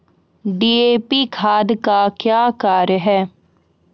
DAP खाद का क्या कार्य हैं?